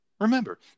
Remember